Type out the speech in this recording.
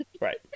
Right